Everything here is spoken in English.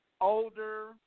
older